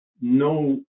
no